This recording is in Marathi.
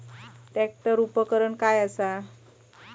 ट्रॅक्टर उपकरण काय असा?